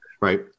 Right